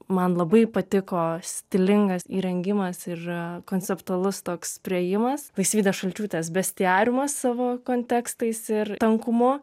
man labai patiko stilingas įrengimas ir konceptualus toks priėjimas laisvydės šalčiūtės bestiariumas savo kontekstais ir tankumu